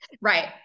right